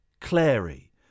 Clary